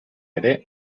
ere